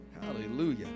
Hallelujah